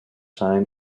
sign